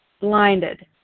blinded